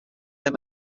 they